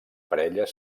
parelles